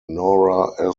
nora